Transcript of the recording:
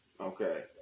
Okay